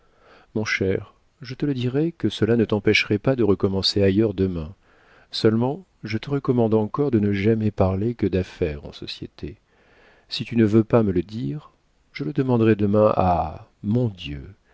mon cher je te le dirais que cela ne t'empêcherait pas de recommencer ailleurs demain seulement je te recommande encore de ne jamais parler que d'affaires en société si tu ne veux pas me le dire je le demanderai demain à mon dieu